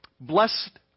Blessed